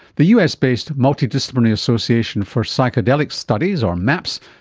the us-based multidisciplinary association for psychedelic studies, or maps,